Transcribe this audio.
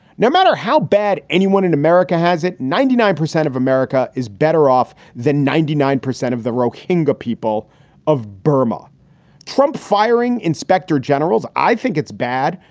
no matter how bad anyone in america has it. ninety nine percent of america is better off than ninety nine percent of the rock hingle people of burma trump firing inspector generals. i think it's bad,